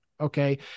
Okay